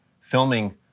filming